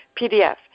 pdf